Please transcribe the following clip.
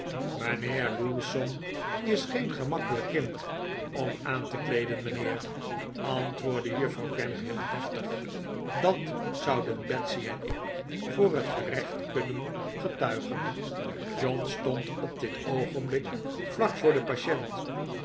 mijnheer lewsome is geen gemakkelijk kind om aan te kleeden mijnheer antwoordde juffrouw gamp heel deftig t dat zouden betsy en ik voor het gerecht kunnen getuigen john stond op dit oogenblik vlak voor den patient